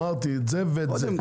אמרתי, את זה ואת זה.